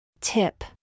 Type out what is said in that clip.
Tip